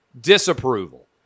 Disapproval